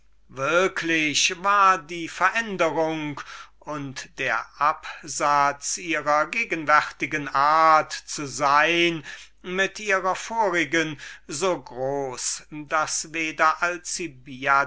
würklich war die veränderung und der absatz ihrer gegenwärtigen art zu sein mit ihrer vorigen so groß daß weder